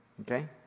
Okay